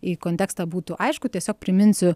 į kontekstą būtų aišku tiesiog priminsiu